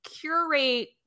curate